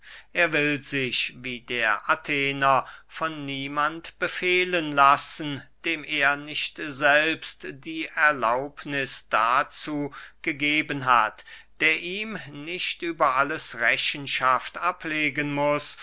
er will sich wie der athener von niemand befehlen lassen dem er nicht selbst die erlaubniß dazu gegeben hat der ihm nicht über alles rechenschaft ablegen muß